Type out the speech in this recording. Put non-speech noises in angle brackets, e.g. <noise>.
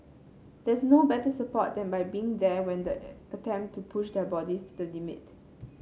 there's no better support than by being there when they <unintelligible> attempt to push their bodies to the limit